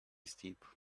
steep